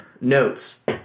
notes